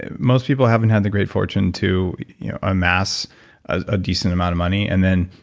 and most people haven't had the great fortune to amass a decent amount of money, and then.